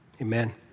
Amen